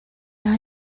are